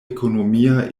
ekonomia